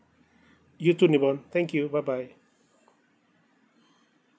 you too nibong thank you bye bye